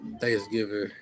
Thanksgiving